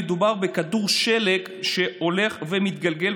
מדובר בכדור שלג שהולך ומתגלגל,